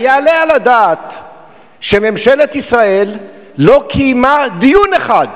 היעלה על הדעת שממשלת ישראל לא קיימה דיון אחד,